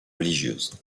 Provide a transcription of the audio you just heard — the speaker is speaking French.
religieuses